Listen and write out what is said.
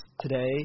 today